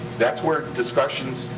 that's where discussions,